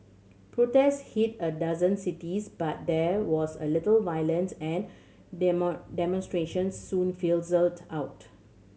protests hit a dozen cities but there was a little violence and the demonstrations soon fizzled out